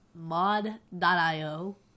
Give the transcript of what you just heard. mod.io